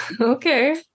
Okay